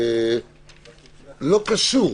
לא קשור,